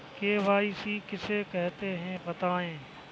KYC किसे कहते हैं बताएँ?